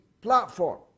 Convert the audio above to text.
platform